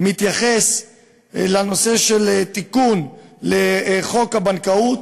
מתייחס לנושא של תיקון לחוק הבנקאות,